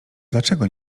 dlaczego